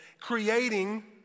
creating